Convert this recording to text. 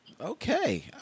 okay